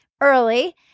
early